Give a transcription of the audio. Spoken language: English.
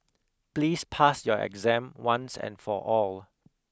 please pass your exam once and for all